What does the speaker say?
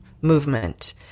movement